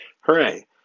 hooray